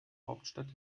hauptstadt